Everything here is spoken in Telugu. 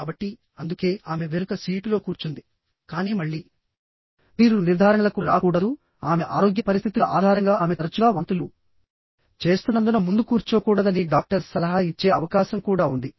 కాబట్టి అందుకే ఆమె వెనుక సీటులో కూర్చుంది కానీ మళ్ళీ మీరు నిర్ధారణలకు రాకూడదు ఆమె ఆరోగ్య పరిస్థితుల ఆధారంగా ఆమె తరచుగా వాంతులు చేస్తున్నందున ముందు కూర్చోకూడదని డాక్టర్ సలహా ఇచ్చే అవకాశం కూడా ఉంది